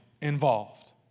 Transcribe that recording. involved